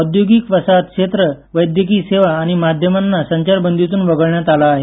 औद्योगिक वसाहत क्षेत्र वैद्यकीय सेवा माध्यमांना संचारबंदीतून वगळण्यात आलं आहे